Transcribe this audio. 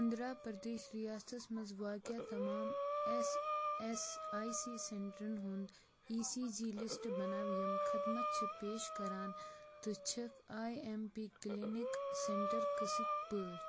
آندھرا پردیش ریاستس مَنٛز واقع تمام ایس ایس آی سی سینٹرن ہُنٛد ای سی جی لسٹ بناو یِم خدمت چھِ پیش کران تہٕ چھِکھ I M P clinic centre قٕصٕکۍ پٲٹھۍ